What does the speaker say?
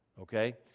Okay